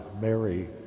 Mary